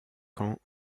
ans